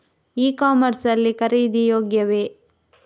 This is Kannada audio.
ಇ ಕಾಮರ್ಸ್ ಲ್ಲಿ ಖರೀದಿ ಯೋಗ್ಯವೇ?